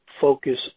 focus